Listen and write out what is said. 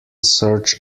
search